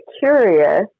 curious